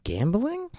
Gambling